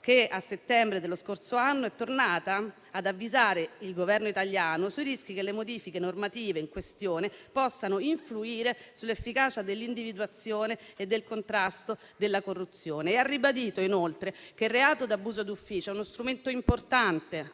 che, a settembre dello scorso anno, è tornata ad avvisare il Governo italiano sui rischi che le modifiche normative in questione possano influire sull'efficacia dell'individuazione e del contrasto della corruzione, e ha ribadito, inoltre, che il reato d'abuso d'ufficio è uno strumento importante,